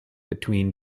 between